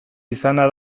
izana